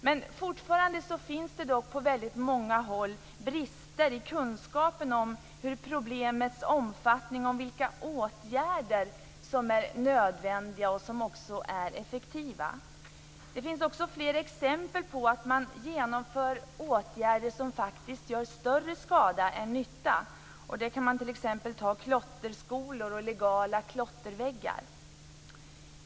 Men fortfarande finns det dock på väldigt många håll brister i kunskapen om problemets omfattning och om vilka åtgärder som är nödvändiga och också effektiva. Det finns flera exempel på att man genomför åtgärder som faktiskt gör större skada än nytta, bl.a. klotterskolor och legala klottervägar.